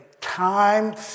time